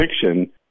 fiction